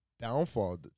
downfall